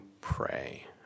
pray